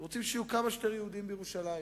רוצים שיהיו כמה שיותר יהודים בירושלים,